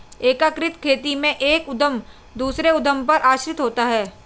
एकीकृत खेती में एक उद्धम दूसरे उद्धम पर आश्रित होता है